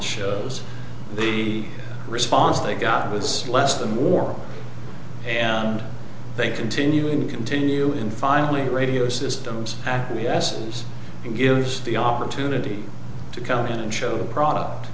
shows the response they got was less than war and they continuing to continue in finally radio systems acquiesce and gives the opportunity to come in and show the product